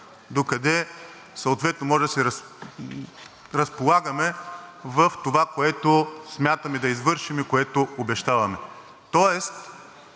докъде съответно може да се разполагаме в това, което смятаме да извършим и което обещаваме.